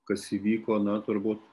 kas įvyko na turbūt